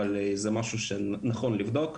אבל זה משהו שנכון לבדוק.